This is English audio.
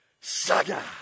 Saga